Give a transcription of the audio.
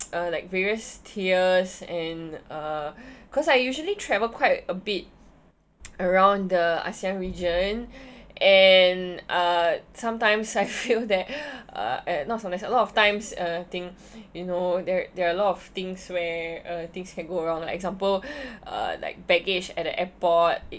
uh like various tiers and uh cause I usually travel quite a bit around the ASEAN region and uh sometimes I feel that uh not sometimes a lot of times uh thing you know there there are a lot of things where uh things can go wrong like example uh like baggage at the airport it